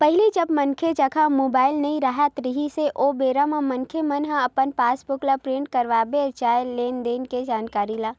पहिली जब मनखे जघा मुबाइल नइ राहत रिहिस हे ओ बेरा म मनखे मन ह अपन पास बुक ल प्रिंट करवाबे जानय लेन देन के जानकारी ला